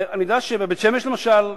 בבית-שמש, למשל,